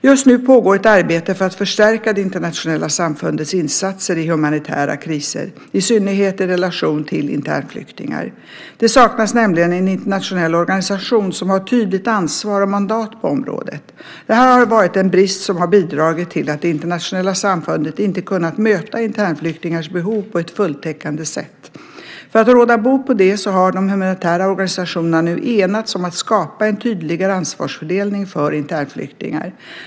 Just nu pågår ett arbete för att förstärka det internationella samfundets insatser i humanitära kriser, i synnerhet i relation till internflyktingar. Det saknas nämligen en internationell organisation som har tydligt ansvar och mandat på området. Det här har varit en brist som har bidragit till att det internationella samfundet inte kunnat möta internflyktingars behov på ett fulltäckande sätt. För att råda bot på det har de humanitära organisationerna nu enats om att skapa en tydligare ansvarsfördelning för internflyktingar.